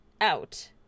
out